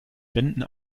wänden